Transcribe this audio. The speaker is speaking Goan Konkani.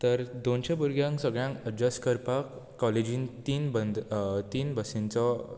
तर दोनश्या भुरग्यांक एडजस्ट करपाक काॅलेजीन तीन बंद तीन बसींचो